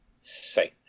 safe